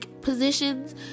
positions